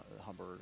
Humber